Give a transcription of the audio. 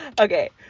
okay